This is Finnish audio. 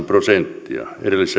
prosenttia